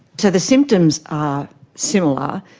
so the symptoms are similar,